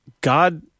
God